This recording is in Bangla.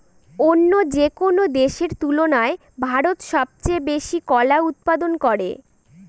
অন্য যেকোনো দেশের তুলনায় ভারত সবচেয়ে বেশি কলা উৎপাদন করে